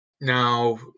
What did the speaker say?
Now